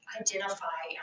identify